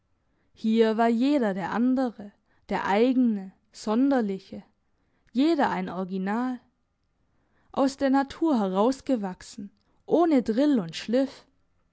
hier war jeder der andere der eigene sonderliche jeder ein original aus der natur herausgewachsen ohne drill und schliff